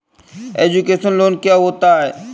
Education loan क्या होता है?